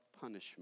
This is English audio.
punishment